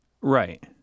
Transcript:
Right